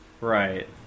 right